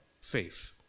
faith